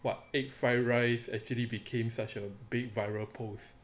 what egg fried rice actually became such a big viral posts